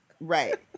Right